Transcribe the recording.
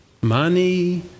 money